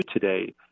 today